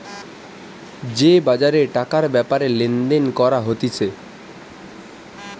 যে বাজারে টাকার ব্যাপারে লেনদেন করা হতিছে